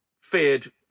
feared